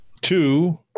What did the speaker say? Two